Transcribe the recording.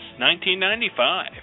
1995